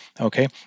okay